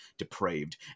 Depraved